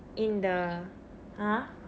in the (uh huh)